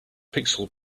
pixel